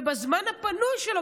ובזמן הפנוי שלו,